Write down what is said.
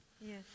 Yes